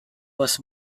was